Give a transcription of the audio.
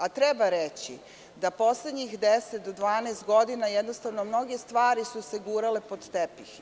A treba reći, da poslednjih deset do dvanaest godina jednostavno mnoge stvari su se gurale pod tepih.